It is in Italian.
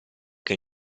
che